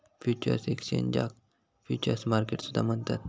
futures एक्सचेंजाक futures market सुद्धा म्हणतत